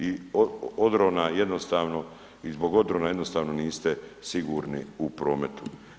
I odrona jednostavno, i zbog odrona jednostavno niste sigurni u prometu.